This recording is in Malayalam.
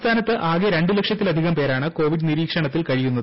സംസ്ഥാനത്ത് ആര്ക്ക രണ്ട് ലക്ഷത്തിലധികം പേരാണ് കോവിഡ് നിരീക്ഷണത്തിൽ ക്കഴിയുന്നത്